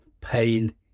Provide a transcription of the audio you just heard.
Pain